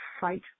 fight